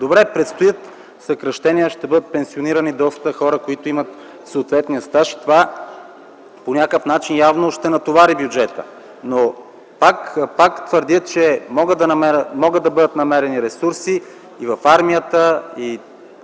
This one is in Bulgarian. Добре, предстоят съкращения, ще бъдат пенсионирани доста хора, които имат съответния стаж. Това по някакъв начин явно ще натовари бюджета, но пак твърдя, че могат да бъдат намерени ресурси и в армията. Затова